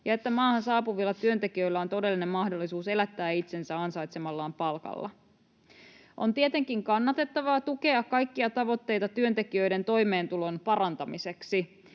ja että maahan saapuvilla työntekijöillä on todellinen mahdollisuus elättää itsensä ansaitsemallaan palkalla. On tietenkin kannatettavaa tukea kaikkia tavoitteita työntekijöiden toimeentulon parantamiseksi.